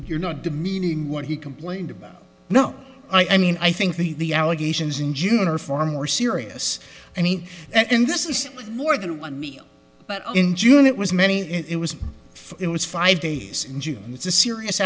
you're not demeaning what he complained about no i mean i think the allegations in june are for more serious i mean and this is more than one meal but in june it was many it was it was five days in june it's a serious